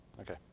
Okay